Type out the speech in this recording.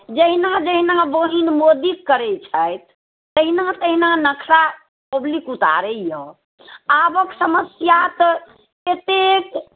जहिना जहिना बहिन मोदी करैत छथि तहिना तहिना नक्शा पब्लिक ऊतारैया आबक समस्या तऽ एतेक